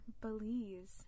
Belize